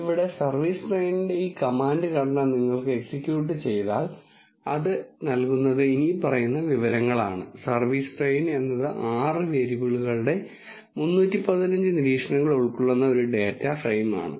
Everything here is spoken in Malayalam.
ഇവിടെ സർവീസ് ട്രെയിനിന്റെ ഈ കമാൻഡ് ഘടന നിങ്ങൾ എക്സിക്യൂട്ട് ചെയ്താൽ അത് നൽകുന്നത് ഇനിപ്പറയുന്ന വിവരങ്ങളാണ് സർവീസ് ട്രെയിൻ എന്നത് ആറ് വേരിയബിളുകളുടെ 315 നിരീക്ഷണങ്ങൾ ഉൾക്കൊള്ളുന്ന ഒരു ഡാറ്റ ഫ്രെയിമാണ്